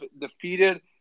defeated